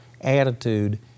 attitude